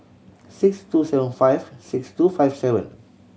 six two seven five six two five seven